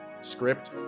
script